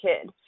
kid